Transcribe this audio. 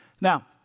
Now